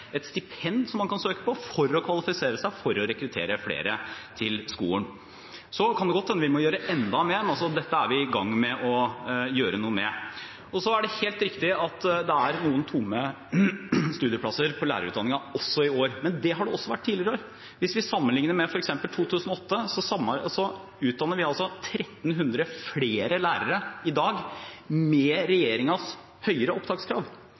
et stipend som man kan søke på for å kvalifisere seg, for å rekruttere flere til skolen. Så kan det godt hende vi må gjøre enda mer. Dette er vi i gang med å gjøre noe med. Det er helt riktig at det er noen tomme studieplasser på lærerutdanningen også i år. Det har det også vært tidligere år. Hvis vi sammenlikner med f.eks. 2008, utdanner vi 1 300 flere lærere i dag, med regjeringens høyere opptakskrav.